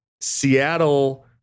Seattle